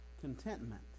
contentment